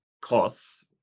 costs